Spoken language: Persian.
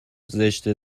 زشته